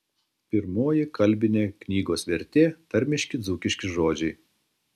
pirmoji kalbinė knygos vertė tarmiški dzūkiški žodžiai